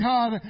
God